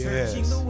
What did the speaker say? Yes